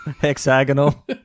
hexagonal